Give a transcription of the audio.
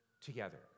together